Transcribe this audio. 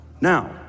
now